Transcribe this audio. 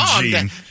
gene